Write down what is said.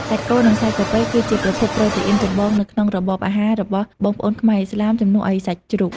សាច់គោ និងសាច់ពពែ គឺជាប្រភពប្រូតេអ៊ីនចម្បងនៅក្នុងរបបអាហាររបស់បងប្អូនខ្មែរឥស្លាម ជំនួសឱ្យសាច់ជ្រូក។